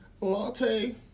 latte